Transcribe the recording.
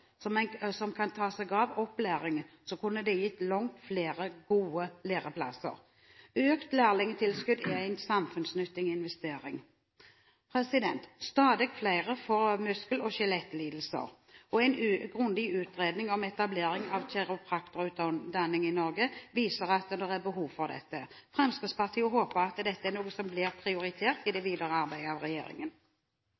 som kunne ta seg av opplæringen, kunne det gitt langt flere gode læreplasser. Økt lærlingtilskudd er en samfunnsnyttig investering. Stadig flere får muskel- og skjelettlidelser, og en grundig utredning om etablering av kiropraktorutdanning i Norge viser at det er behov for dette. Fremskrittspartiet håper at dette er noe som blir prioritert av regjeringen i det